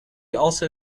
also